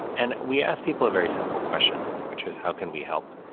and we asked people a very simple question, which is how can we help?